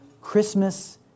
Christmas